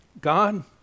God